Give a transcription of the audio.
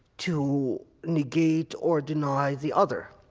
to negate or deny the other.